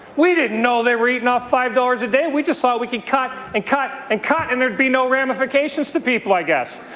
we didn't know they were eating off five dollars a day. we just thought we could cut and cut and cut and there would be no ramifications to people i guess.